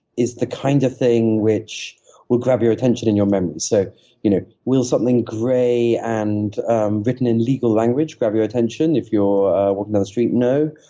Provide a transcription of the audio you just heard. is the kind of thing which will grab your attention and your memory. so you know will something grey and written in legal language grab your attention if you're walking down the street? no.